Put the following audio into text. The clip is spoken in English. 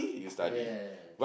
yes